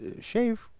shave